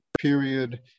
period